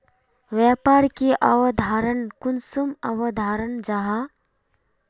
व्यापार की अवधारण कुंसम अवधारण जाहा?